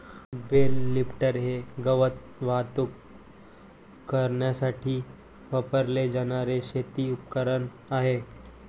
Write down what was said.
bell lifter हे गवत वाहतूक करण्यासाठी वापरले जाणारे शेती उपकरण आहे